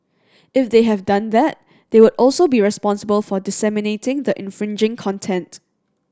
if they have done that they would also be responsible for disseminating the infringing content